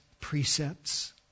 precepts